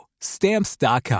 Stamps.com